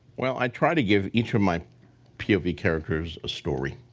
well, i try to give each of my pov characters a story.